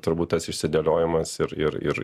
turbūt tas išsidėliojimas ir ir ir